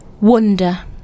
wonder